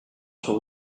sur